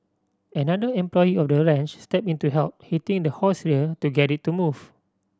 another employee of the ranch stepped in to help hitting the horse's rear to get it to move